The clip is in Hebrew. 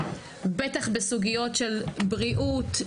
בטח בסוגיות של בריאות,